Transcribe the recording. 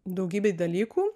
daugybei dalykų